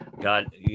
god